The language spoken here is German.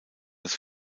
das